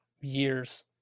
years